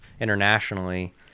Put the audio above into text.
internationally